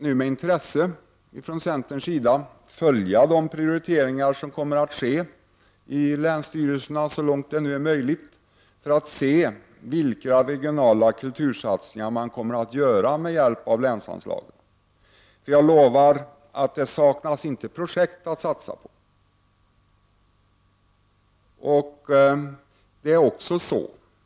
Vi i centern kommer med intresse att följa de prioriteringar som sker i länsstyrelserna så långt det är möjligt för att se vilka regionala kultursatsningar som görs med hjälp av länsanslagen. Jag lovar att det inte kommer att saknas projekt att satsa på!